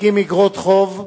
שמנפיקים איגרות חוב,